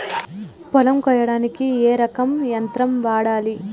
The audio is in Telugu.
పొలం కొయ్యడానికి ఏ రకం యంత్రం వాడాలి?